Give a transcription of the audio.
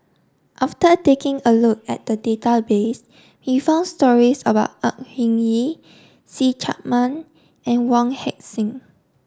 after taking a look at the database we found stories about Au Hing Yee See Chak Mun and Wong Heck Sing